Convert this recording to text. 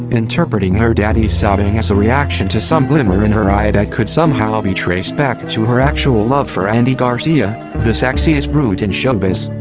interpreting her daddy's sobbing as a reaction to some glimmer in her eye that could somehow be traced back to her actual love for andy garcia, the sexiest brute in showbiz.